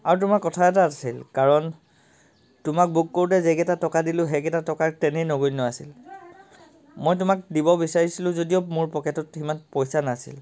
আৰু তোমাৰ কথা এটা আছিল কাৰণ তোমাক বুক কৰোতে যিকেইটা টকা দিলোঁ সেইকেইটা টকা তেনেই নগন্য আছিল মই তোমাক দিব বিচাৰিছিলোঁ যদিও মোৰ পকেটত ইমান পইচা নাছিল